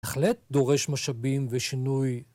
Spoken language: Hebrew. בהחלט דורש משאבים ושינוי.